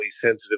sensitive